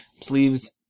sleeves